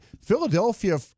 Philadelphia